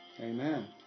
Amen